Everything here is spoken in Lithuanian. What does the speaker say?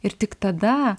ir tik tada